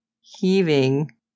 heaving